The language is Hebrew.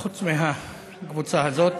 לא, חוץ מהקבוצה הזאת.